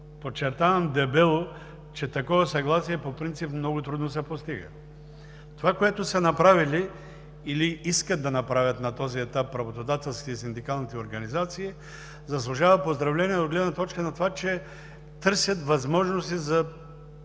Подчертавам дебело, че такова съгласие по принцип много трудно се постига. Това, което на този етап са направили или искат да направят работодателските и синдикалните организации, заслужава поздравление от гледна точка на това, че търсят възможности за